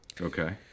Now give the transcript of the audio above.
Okay